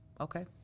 okay